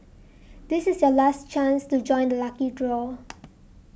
this is your last chance to join the lucky draw